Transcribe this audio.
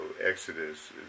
Exodus